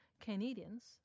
Canadians